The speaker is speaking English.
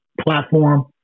platform